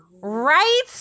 Right